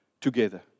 together